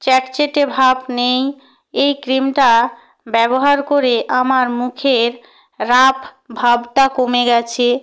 chat চ্যাটে ভাব নেই এই ক্রিমটা ব্যবহার করে আমার মুখের রাফ ভাবটা কমে গেছে